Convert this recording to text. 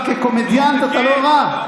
אבל כקומדיאנט אתה לא רע.